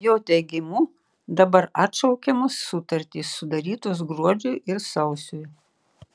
jo teigimu dabar atšaukiamos sutartys sudarytos gruodžiui ir sausiui